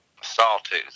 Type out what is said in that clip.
sawtooth